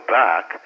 back